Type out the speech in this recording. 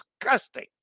disgusting